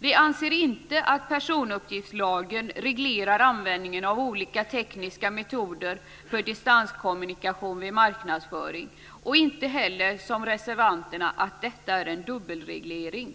Vi anser inte att personuppgiftslagen reglerar användningen av olika tekniska metoder för distanskommunikation vid marknadsföring och inte heller, som reservanterna anser, att detta är en dubbelreglering.